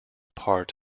part